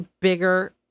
bigger